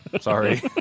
sorry